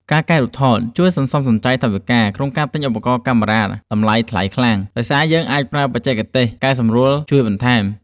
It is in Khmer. ការកែរូបថតជួយសន្សំសំចៃថវិកាក្នុងការទិញឧបករណ៍កាមេរ៉ាតម្លៃថ្លៃខ្លាំង ដោយសារយើងអាចប្រើបច្ចេកទេសកែសម្រួលជួយបន្ថែម។